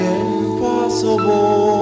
impossible